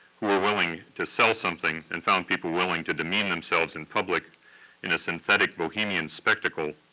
who are willing to sell something and found people willing to demean themselves in public in a synthetic bohemian spectacle,